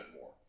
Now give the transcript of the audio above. more